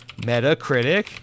Metacritic